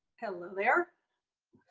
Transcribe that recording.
hello there,